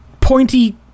pointy